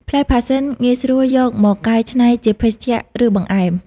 ផ្លែផាសសិនងាយស្រួលយកមកកែច្នៃជាភេសជ្ជៈ ឬបង្អែម។